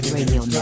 Radio